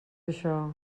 això